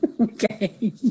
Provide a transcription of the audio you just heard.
Okay